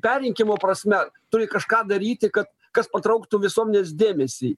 perrinkimo prasme turi kažką daryti kad kas patrauktų visuomenės dėmesį